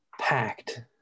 packed